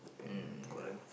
mm correct